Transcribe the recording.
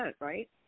right